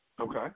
Okay